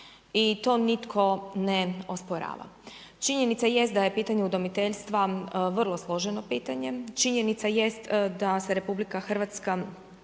i to nitko ne osporava, činjenica jest da je pitanje udomiteljstva vrlo složeno pitanje, činjena jest da se RH suočava s